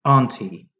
Auntie